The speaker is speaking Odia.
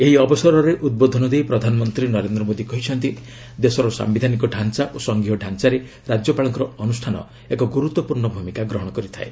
ଏହି ଅବସରରେ ଉଦ୍ବୋଧନ ଦେଇ ପ୍ରଧାନମନ୍ତ୍ରୀ ନରେନ୍ଦ୍ର ମୋଦି କହିଛନ୍ତି ଦେଶର ସାୟିଧାନିକ ଡାଞ୍ଚା ଓ ସଂଘୀୟ ଢାଞ୍ଚାରେ ରାଜ୍ୟପାଳଙ୍କ ଅନୁଷ୍ଠାନ ଏକ ଗୁରୁତ୍ୱପୂର୍ଣ୍ଣ ଭୂମିକା ଗ୍ରହଣ କରିଥାଏ